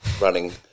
running